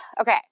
Okay